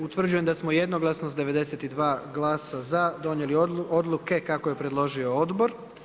Utvrđujem da smo jednoglasno, s 92 glasa za donijeli odluke kako je predložio odbor.